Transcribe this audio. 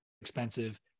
expensive